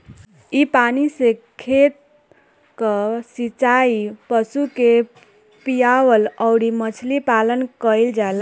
इ पानी से खेत कअ सिचाई, पशु के पियवला अउरी मछरी पालन कईल जाला